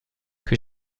que